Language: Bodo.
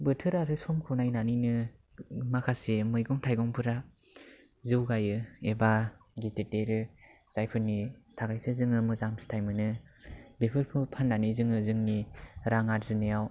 बोथोर आरो समखौ नायनानैनो माखासे मैगं थाइगंफोरा जौगायो एबा गिदिर देरो जायफोरनि थाखायसो जोङो मोजां फिथाय मोनो बेफोरखौ फाननानै जोङो जोंनि रां आरजिनायाव